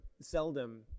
seldom